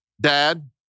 dad